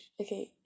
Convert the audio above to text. Okay